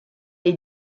dei